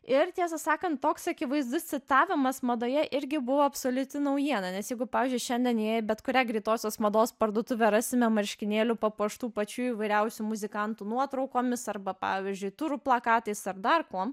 ir tiesą sakant toks akivaizdus citavimas madoje irgi buvo absoliuti naujiena nes jeigu pavyzdžiui šiandien įėję į bet kurią greitosios mados parduotuvę rasime marškinėlių papuoštų pačių įvairiausių muzikantų nuotraukomis arba pavyzdžiui turų plakatais ar dar kuom